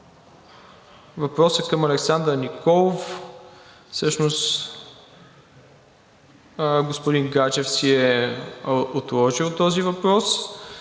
Въпрос към Александър Николов – всъщност господин Гаджев е отложил този въпрос.